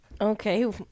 Okay